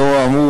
לאור האמור,